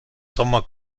sommer